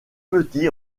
petits